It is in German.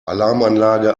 alarmanlage